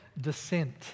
descent